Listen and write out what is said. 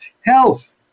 health